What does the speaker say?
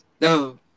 No